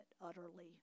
utterly